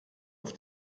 auf